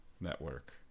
network